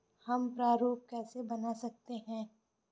हम प्रारूप कैसे बना सकते हैं?